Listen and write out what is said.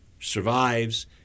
survives